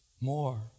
more